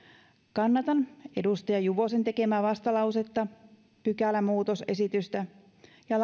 kannatan edustaja juvosen tekemää vastalausetta pykälämuutosesitystä ja